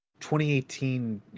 2018